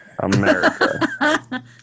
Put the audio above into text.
america